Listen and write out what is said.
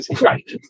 Right